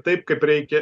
taip kaip reikia